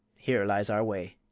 here lies our way.